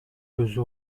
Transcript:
өзү